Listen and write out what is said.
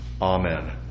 Amen